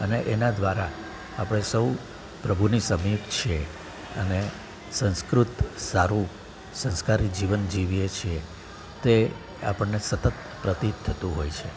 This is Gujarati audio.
અને એના દ્વારા આપણે સૌ પ્રભુની સમીપ છીએ અને સંસ્કૃત સારું સંસ્કારી જીવન જીવીએ છીએ તે આપણને સતત પ્રતીત થતું હોય છે